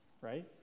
right